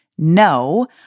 No